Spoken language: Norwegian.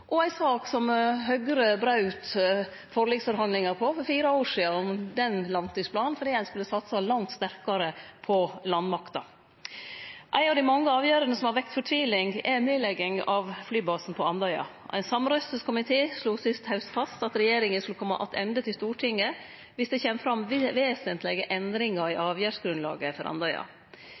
som Høgre braut forliksforhandlingane om for fire år sidan, fordi ein skulle satse langt sterkare på landmakta. Ei av dei mange avgjerdene som har vekt fortviling, er nedlegging av flybasen på Andøya. Ein samrøystes komité slo sist haust fast at regjeringa skal kome attende til Stortinget viss det kjem fram vesentlege endringar i avgjerdsgrunnlaget for Andøya.